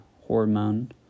hormone